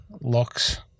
locks